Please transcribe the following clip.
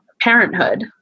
Parenthood